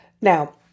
Now